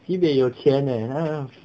sibei 有钱啊